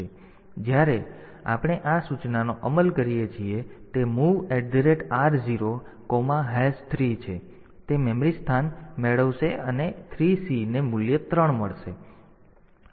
તેથી જ્યારે આપણે આ સૂચનાનો અમલ કરીએ છીએ તે MOV r03 છે તેથી તે મેમરી સ્થાન મેળવશે અને 3C ને મૂલ્ય 3 મળશે